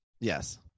Yes